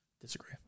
Disagree